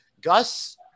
Gus –